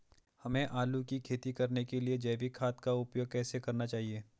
हमें आलू की खेती करने के लिए जैविक खाद का उपयोग कैसे करना चाहिए?